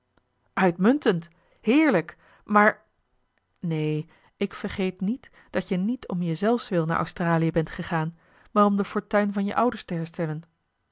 uitmuntend heerlijk maar neen ik vergeet niet dat je niet om je zelfswil naar australië bent gegaan maar om de fortuin van je ouders te herstellen